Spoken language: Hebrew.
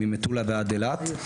ממטולה ועד אילת.